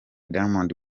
diamond